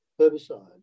herbicide